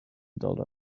dollar